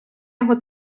його